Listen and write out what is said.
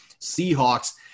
Seahawks